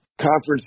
conference